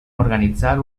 organitzar